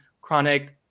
chronic